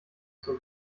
zur